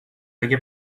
اگه